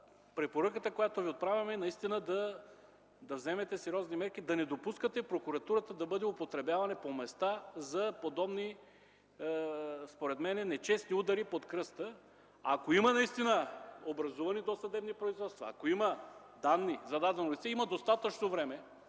препоръката, която ви отправяме, е да вземете сериозни мерки, да не допускате прокуратурата да бъде употребявана по места за подобни, според мен, нечестни удари под кръста. Ако има образувани досъдебни производства, ако има данни за дадено лице, все още има достатъчно време